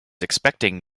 expecting